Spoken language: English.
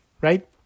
right